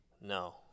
No